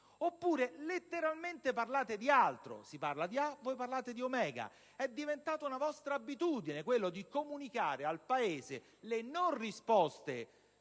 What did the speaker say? oppure letteralmente parlate di altro (si parla di alfa e voi parlate di omega). È diventata una vostra abitudine quella di comunicare al Paese le non risposte